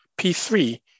p3